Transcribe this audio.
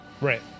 Right